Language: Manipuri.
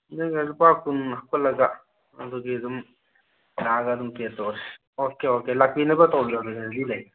ꯅꯪꯅ ꯂꯨꯄꯥ ꯀꯨꯟ ꯍꯥꯞꯀꯠꯂꯒ ꯑꯗꯨꯗꯤ ꯑꯗꯨꯝ ꯂꯥꯛꯑꯒ ꯑꯗꯨꯝ ꯄꯦꯗ ꯇꯧꯔꯁꯤ ꯑꯣꯀꯦ ꯑꯣꯀꯦ ꯂꯥꯛꯄꯤꯅꯕ ꯇꯧꯕꯤꯔꯣ ꯑꯗꯨꯗꯤ ꯔꯦꯗꯤ ꯂꯩꯔꯦ